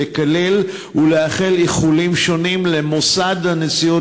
לקלל ולאחל איחולים שונים למוסד הנשיאות